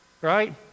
Right